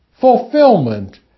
fulfillment